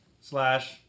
slash